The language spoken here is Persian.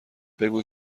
بگو